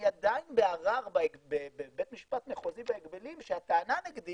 אני עדיין בערר בבית משפט מחוזי בהגבלים שהטענה נגדי